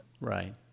Right